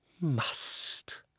Must